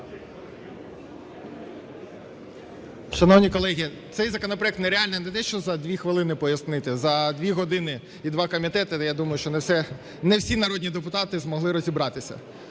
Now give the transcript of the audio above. Шановні колеги, цей законопроект нереально не те що за 2 хвилини пояснити - за 2 години, і два комітети, я думаю, що не всі народні депутати змогли розібратися.